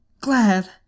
Glad